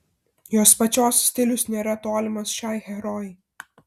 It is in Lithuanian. jos pačios stilius nėra tolimas šiai herojai